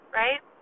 right